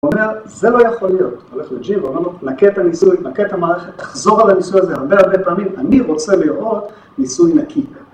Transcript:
הוא אומר, זה לא יכול להיות, הולך לג'י ואומר לו, נקה את הניסוי, נקה את המערכת, תחזור על הניסוי הזה הרבה הרבה פעמים, אני רוצה לראות ניסוי נקי.